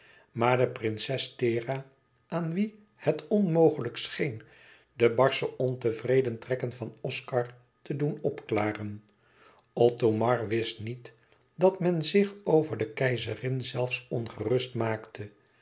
maar de prinses thera aan wie het onmogelijk scheen de barsche ontevreden trekken van oscar te doen opklaren othomar wist niet dat men zich over de keizerin zelfs ongerust maakte